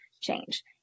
change